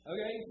Okay